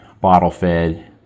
bottle-fed